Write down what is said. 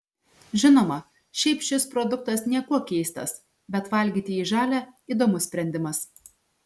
žinoma šiaip šis produktas niekuo keistas bet valgyti jį žalią įdomus sprendimas